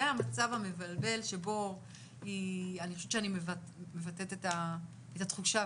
זה המצב המבלבל שבו אני חושבת שאני מבטאת את התחושה.